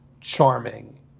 charming